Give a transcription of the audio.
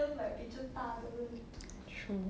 true